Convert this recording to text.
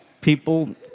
people